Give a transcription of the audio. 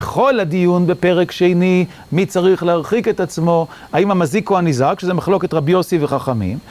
כל הדיון בפרק שני, מי צריך להרחיק את עצמו, האם המזיקו הנזק, שזה מחלוקת רבי יוסי וחכמים.